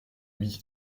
mit